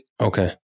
Okay